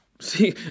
see